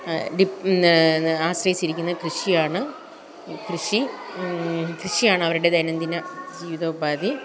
dip ന്ന് ആശ്രയിച്ചിരിക്കുന്ന കൃഷിയാണ് കൃഷി കൃഷിയാണവരുടെ ദൈനംദിന ജീവിത ഉപാധി